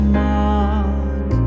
mark